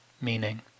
meaning